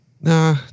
Nah